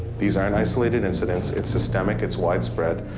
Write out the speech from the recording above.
these aren't isolated incidents, it's systemic, it's widespread,